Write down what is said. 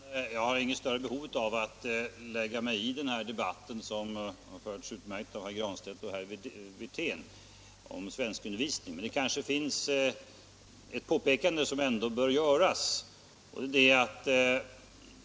Herr talman! Jag har inget större behov av att lägga mig i debatten om svenskundervisningen, som har förts på ett utmärkt sätt av herrar Granstedt och Wirtén. Men det kanske är ett påpekande som ändå bör göras.